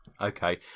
Okay